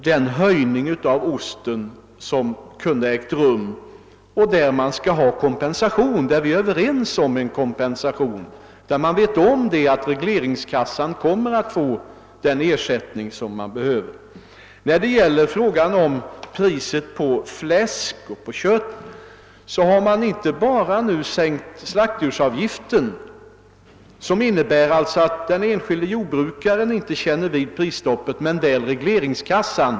Den höjning av ostpriset som skulle kunnat genomföras, kan kompenseras genom ersättning till regleringskassan. I fråga om priset på fläsk och kött skall man ju sänka slaktdjursavgiften på svin, och detta innebär att den enskilde jordbrukaren inte känner av prisstoppet men väl regleringskassan.